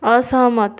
असहमत